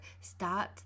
start